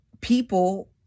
people